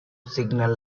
signal